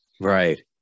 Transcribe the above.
Right